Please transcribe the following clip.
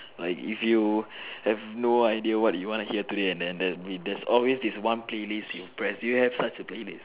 like if you have no idea what you want to hear today and then there always this playlist you press do you have such a playlist